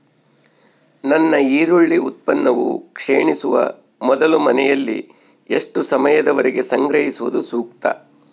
ನನ್ನ ಈರುಳ್ಳಿ ಉತ್ಪನ್ನವು ಕ್ಷೇಣಿಸುವ ಮೊದಲು ಮನೆಯಲ್ಲಿ ಎಷ್ಟು ಸಮಯದವರೆಗೆ ಸಂಗ್ರಹಿಸುವುದು ಸೂಕ್ತ?